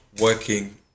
working